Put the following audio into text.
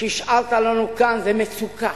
שהשארת לנו כאן זה מצוקה.